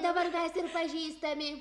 dabar mes ir pažįstami